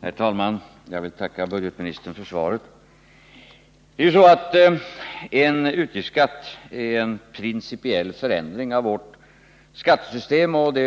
Herr talman! Jag vill tacka budgetministern för svaret. En utgiftsskatt skulle ju innebära en principiell ändring av vårt skattesystem, och det